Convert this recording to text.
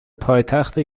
پایتحت